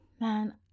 man